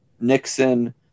Nixon